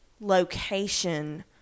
location